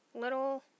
Little